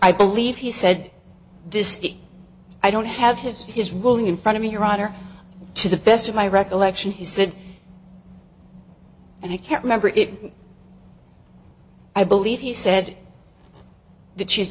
believe he said this i don't have his his ruling in front of me your honor to the best of my recollection he said and i can't remember it but i believe he said that she's